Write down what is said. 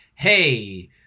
hey